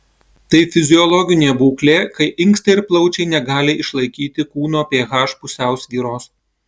tai fiziologinė būklė kai inkstai ir plaučiai negali išlaikyti kūno ph pusiausvyros